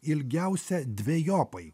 ilgiausia dvejopai